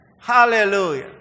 Hallelujah